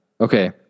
Okay